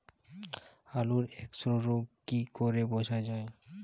আলুর এক্সরোগ কি করে বোঝা যায়?